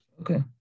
Okay